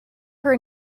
her